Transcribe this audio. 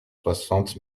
soixante